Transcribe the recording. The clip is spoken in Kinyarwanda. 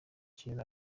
cyera